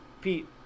Pete